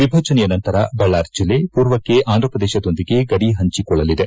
ವಿಭಜನೆಯ ನಂತರ ಬಳ್ಳಾರಿ ಜಿಲ್ಲೆ ಪೂರ್ವಕ್ಕೆ ಅಂಧ್ರಪ್ರದೇಶದೊಂದಿಗೆ ಗಡಿ ಪಂಚಿಕೊಳ್ಳಲಿದೆ